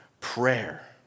prayer